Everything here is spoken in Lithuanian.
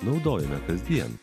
naudojame kasdien